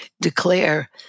declare